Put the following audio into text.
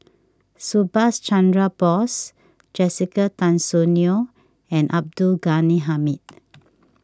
Subhas Chandra Bose Jessica Tan Soon Neo and Abdul Ghani Hamid